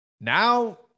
now